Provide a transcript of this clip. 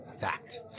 Fact